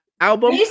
album